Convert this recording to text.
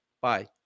bye